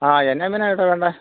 ആ എന്നെ എന്തിനാ ചേട്ടാ കാണേണ്ടത്